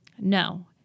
no